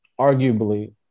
Arguably